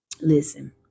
Listen